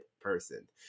person